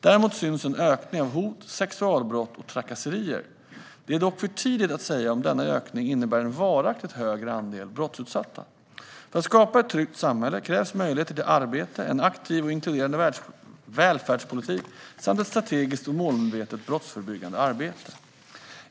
Däremot syns en ökning av hot, sexualbrott och trakasserier. Det är dock för tidigt att säga om denna ökning innebär en varaktigt högre andel brottsutsatta. För att skapa ett tryggt samhälle krävs möjligheter till arbete, en aktiv och inkluderande välfärdspolitik samt ett strategiskt och målmedvetet brottsförebyggande arbete.